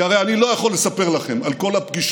כי הרי אני לא יכול לספר לכם על כל הפגישות,